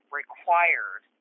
required